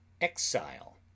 exile